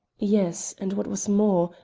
yes, and what was more,